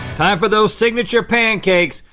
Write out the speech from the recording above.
time for those signature pancakes.